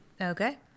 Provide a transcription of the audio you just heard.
Okay